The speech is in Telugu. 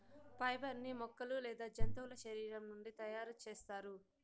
ఫైబర్ ని మొక్కలు లేదా జంతువుల శరీరం నుండి తయారు చేస్తారు